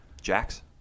Jax